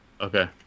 Okay